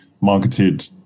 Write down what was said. marketed